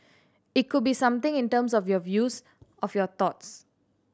it could be something in terms of your views of your thoughts